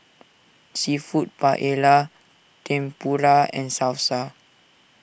Seafood Paella Tempura and Salsa